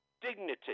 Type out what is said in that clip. Dignity